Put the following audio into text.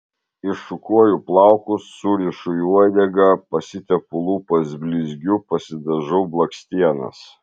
iššukuoju plaukus surišu į uodegą pasitepu lūpas blizgiu pasidažau blakstienas